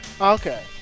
Okay